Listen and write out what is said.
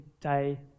day